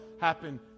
happen